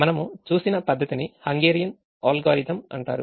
మనము చూసిన పద్ధతిని హంగేరియన్ అల్గోరిథం అంటారు